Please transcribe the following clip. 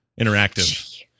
Interactive